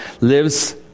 lives